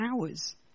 hours